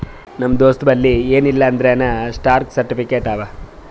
ನಮ್ ದೋಸ್ತಬಲ್ಲಿ ಎನ್ ಇಲ್ಲ ಅಂದೂರ್ನೂ ಸ್ಟಾಕ್ ಸರ್ಟಿಫಿಕೇಟ್ ಅವಾ